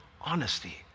honesty